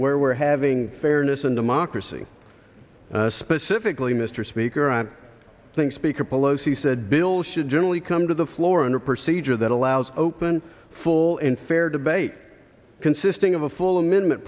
where we're having fairness and democracy specifically mr speaker i think speaker pelosi said bill should generally come to the floor under procedure that allows open full and fair debate consisting of a full amendment